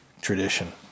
tradition